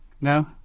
No